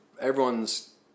everyone's